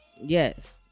Yes